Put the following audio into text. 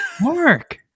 mark